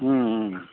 ம் ம்